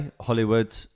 Hollywood